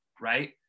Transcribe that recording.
right